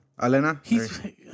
Alena